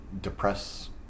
depress